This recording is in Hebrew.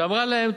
שאמרה להם,